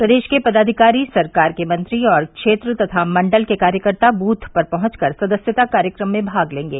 प्रदेश के पदाधिकारी सरकार के मंत्री और क्षेत्र तथा मंडल के कार्यकर्ता बूथ पर पहंच कर सदस्यता कार्यक्रम में भाग लेंगे